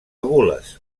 gules